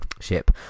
ship